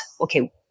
okay